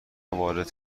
وارد